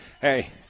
hey